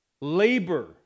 Labor